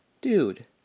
Dude